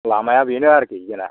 लामाया बेनो आरखि जोंना